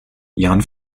jan